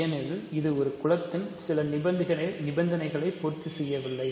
ஏனெனில் இது ஒரு குலத்தின் ஒரு சில நிபந்தனைகளை பூர்த்தி செய்யவில்லை